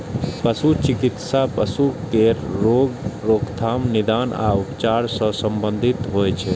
पशु चिकित्सा पशु केर रोगक रोकथाम, निदान आ उपचार सं संबंधित होइ छै